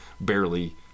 barely